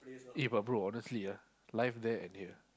eh but bro honestly ah life there and here